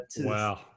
Wow